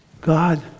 God